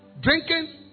Drinking